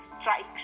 strike